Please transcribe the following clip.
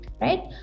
right